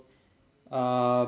um